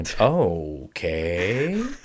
Okay